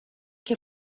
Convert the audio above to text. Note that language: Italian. che